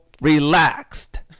relaxed